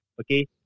Okay